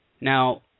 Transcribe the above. Now